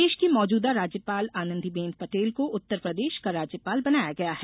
प्रदेश की मौजदा राज्यपाल आनंदीबेन पटेल को उत्तरप्रदेश का राज्यपाल बनाया गया है